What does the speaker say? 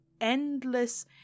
endless